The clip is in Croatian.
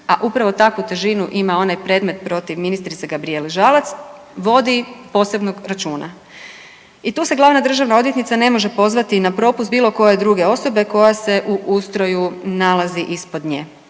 a upravo takvu težinu ima onaj predmet protiv ministrice Gabrijele Žalac vodi posebnog računa. I tu se glavna državna odvjetnica ne može pozvati na propust bilo koje druge osobe koja se u ustroju nalazi ispod nje,